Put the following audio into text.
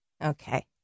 Okay